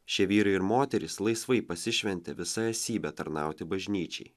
šie vyrai ir moterys laisvai pasišventė visa esybe tarnauti bažnyčiai